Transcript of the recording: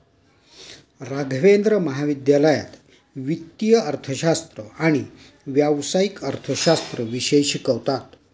राघवेंद्र महाविद्यालयात वित्तीय अर्थशास्त्र आणि व्यावसायिक अर्थशास्त्र विषय शिकवतात